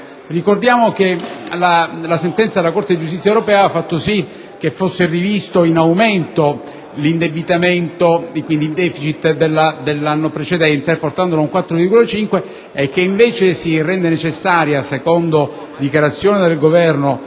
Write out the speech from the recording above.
Ricordiamo che la sentenza della Corte di giustizia europea ha fatto sì che fosse rivisto in aumento l'indebitamento e quindi il *deficit* dell'anno precedente, portandolo al 4,5 e che invece si rende necessaria, secondo la dichiarazione del Governo,